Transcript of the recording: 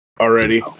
already